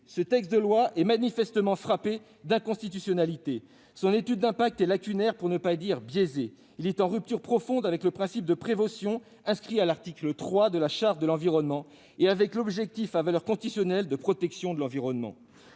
-ce texte de loi est manifestement frappé d'inconstitutionnalité. Son étude d'impact est lacunaire, pour ne pas dire biaisée. Il est en rupture profonde avec le principe de prévention inscrit à l'article 3 de la Charte de l'environnement et avec l'objectif à valeur constitutionnelle de protection de l'environnement.